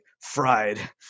fried